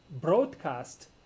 broadcast